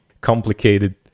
complicated